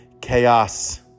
chaos